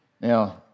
Now